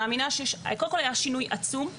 קודם כל היה שינוי עצום,